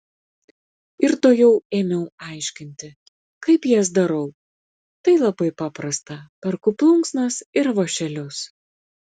ir tuojau ėmiau aiškinti kaip jas darau tai labai paprasta perku plunksnas ir vąšelius